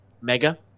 mega